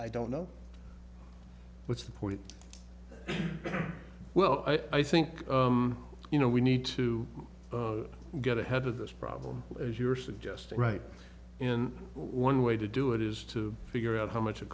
i don't know what's the point well i think you know we need to get ahead of this problem as you're suggesting right in one way to do it is to figure out how much